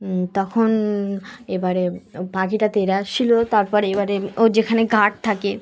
তখন এবারে পাখিটা তেরে আসছিলো তারপর এবারে ও যেখানে গার্ড থাকে